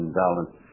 balance